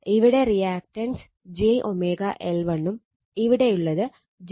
ഇവിടെ reactance j L1 ഉം ഇവിടെയുള്ളത് j L2